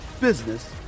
business